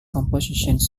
compositions